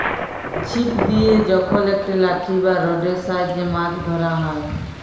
ছিপ দিয়ে যখল একট লাঠি বা রডের সাহায্যে মাছ ধ্যরা হ্যয়